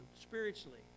spiritually